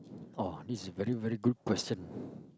oh this is very very good question